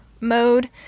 mode